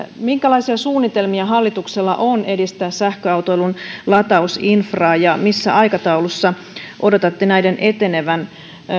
minkälaisia suunnitelmia hallituksella on edistää sähköautoilun latausinfraa ja missä aikataulussa odotatte näiden etenevän